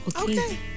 Okay